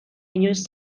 inoiz